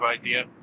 idea